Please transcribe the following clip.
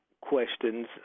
questions